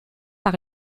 par